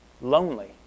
lonely